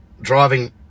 driving